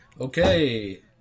Okay